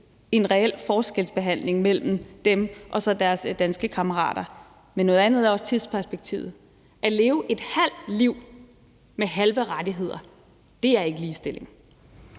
en reel forskelsbehandling mellem dem og så deres danske kammerater. Noget andet er også tidsperspektivet: at leve et halvt liv med halve rettigheder er ikke ligestilling.